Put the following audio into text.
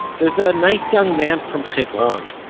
there's a nice young man from hebron,